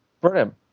Brilliant